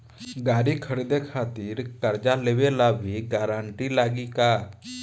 गाड़ी खरीदे खातिर कर्जा लेवे ला भी गारंटी लागी का?